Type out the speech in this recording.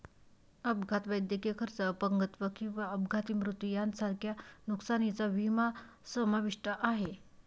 अपघात, वैद्यकीय खर्च, अपंगत्व किंवा अपघाती मृत्यू यांसारख्या नुकसानीचा विमा समाविष्ट आहे